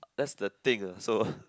that's the thing ah so